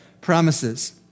promises